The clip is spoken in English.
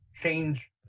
change